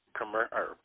commercial